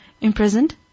Imprisoned